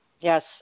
yes